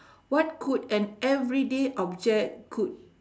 what could an everyday object could